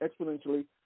exponentially